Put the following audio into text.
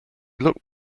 looked